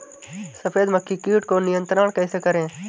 सफेद मक्खी कीट को नियंत्रण कैसे करें?